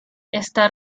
está